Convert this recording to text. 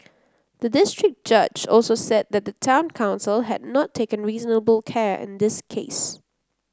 the district judge also said that the town council had not taken reasonable care in this case